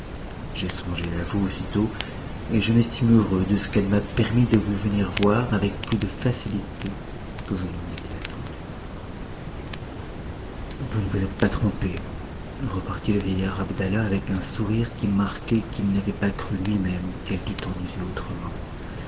j'ai songé à vous aussitôt et je m'estime heureux de ce qu'elle m'a permis de vous venir voir avec plus de facilité que je ne m'y étais attendu vous ne vous êtes pas trompé repartit le vieillard abdallah avec un souris qui marquait qu'il n'avait pas cru lui-même qu'elle dût en user autrement